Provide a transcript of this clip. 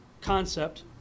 concept